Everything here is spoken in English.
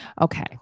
Okay